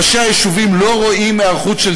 ראשי היישובים לא רואים היערכות של